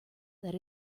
that